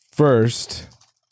First